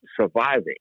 surviving